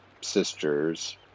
sisters